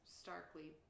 starkly